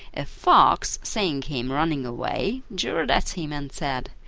a fox, seeing him running away, jeered at him and said,